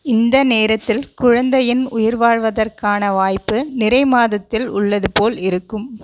இந்த நேரத்தில் குழந்தையின் உயிர்வாழ்வதற்கான வாய்ப்பு நிறை மாதத்தில் உள்ளது போல் இருக்கும்